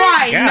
Right